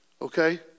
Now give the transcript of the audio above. okay